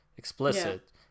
explicit